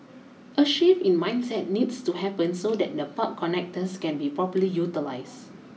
a shift in mindset needs to happen so that the park connectors can be properly utilised